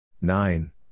Nine